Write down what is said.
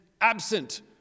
absent